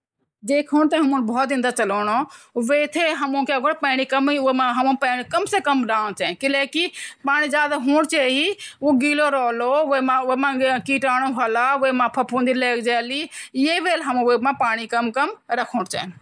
शाकाहारी आहार से भी हम पर्याप्त मात्रा म प्रोटीन ली सकदौ, वे खातिर आप दाल, मूँग, छोले, सोया, पनीर, दही, और बादाम, अखरोट जन खाद्य पदार्थों का सेवन करी सक दे। यूंसी आपको प्रोटीन की अच्छी मात्रा मिलदी। साथ ही विभिन्न प्रकार के दाल और अनाज मिलाकर खाएं, ताकि सभी आवश्यक अमीनो एसिड्स मिल सकें। साथ ही, पौष्टिक सब्जियाँ और फल भी शामिल करें, जिससे आपक प्रोटीन की जरूरत पूरी हो सके।